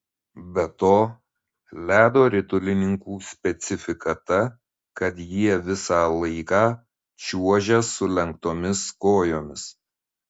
be to ledo ritulininkų specifika ta kad jie visą laiką čiuožia sulenktomis kojomis